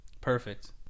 Perfect